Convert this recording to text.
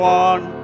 one